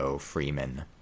Freeman